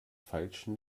feilschen